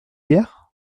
hier